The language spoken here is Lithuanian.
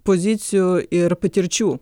pozicijų ir patirčių